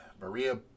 Maria